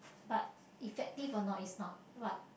like effective or not is not what